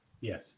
Yes